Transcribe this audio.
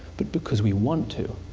but because we want to.